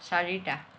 চাৰিটা